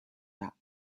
that